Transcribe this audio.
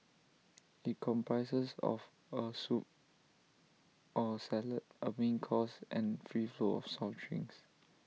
IT comprises of A soup or salad A main course and free flow of soft drinks